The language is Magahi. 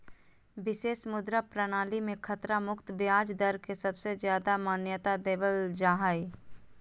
विशेष मुद्रा प्रणाली मे खतरा मुक्त ब्याज दर के सबसे ज्यादा मान्यता देवल जा हय